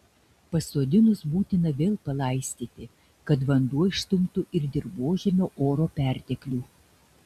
pasodinus būtina vėl palaistyti kad vanduo išstumtų ir dirvožemio oro perteklių